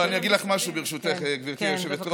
אני אגיד לך משהו, ברשותך, גברתי היושבת-ראש.